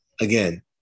again